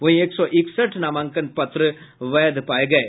वहीं एक सौ इकसठ नामांकन पत्र वैध पाये गये